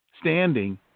standing